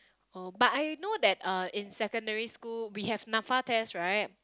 oh but I know that uh in secondary school we have Napfa test right